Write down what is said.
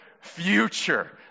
future